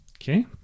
Okay